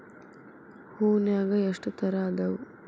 ಹೂನ್ಯಾಗ ಎಷ್ಟ ತರಾ ಅದಾವ್?